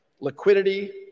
Liquidity